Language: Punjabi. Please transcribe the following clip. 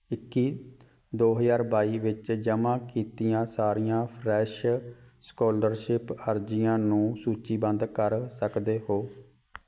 ਇੱਕੀ ਦੋ ਹਜ਼ਾਰ ਬਾਈ ਵਿੱਚ ਜਮ੍ਹਾਂ ਕੀਤੀਆਂ ਸਾਰੀਆਂ ਫਰੈੱਸ਼ ਸਕੋਲਰਸ਼ਿਪ ਅਰਜ਼ੀਆਂ ਨੂੰ ਸੂਚੀਬੱਧ ਕਰ ਸਕਦੇ ਹੋ